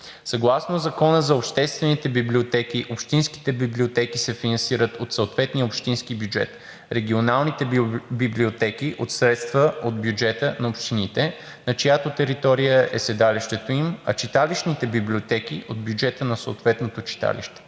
съгласно Закона за обществените библиотеки общинските библиотеки се финансират от съответния общински бюджет, регионалните библиотеки – от средства от бюджета на общините, на чиято територия е седалището им, а читалищните библиотеки – от бюджета на съответното читалище.